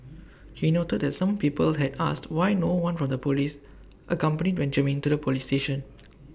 he noted that some people had asked why no one from the Police accompanied Benjamin to the Police station